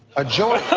a joint?